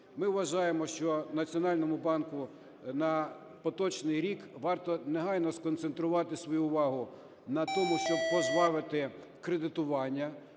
Ми вважаємо, що Національному банку на поточний рік варто негайно сконцентрувати свою увагу на тому, щоб пожвавити кредитування.